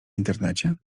internecie